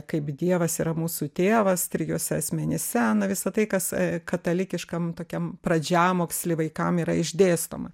kaip dievas yra mūsų tėvas trijuose asmenyse na visa tai kas katalikiškam tokiam pradžiamoksly vaikam yra išdėstoma